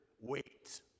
wait